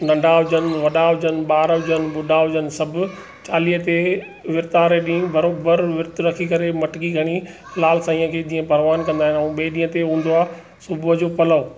नंढा हुजनि वॾा हुजनि ॿारु हुजनि ॿुढा हुजनि सभु चालीहे ते विर्तु वारे ॾींहुं बराबरि विर्तु रखी करे मटकी खणी लाल साईं खे जीअं परवान कंदा आहियूं ऐं ॿिए ॾींहं ते हूंदो आहे सुबुह जो पलव